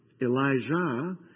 Elijah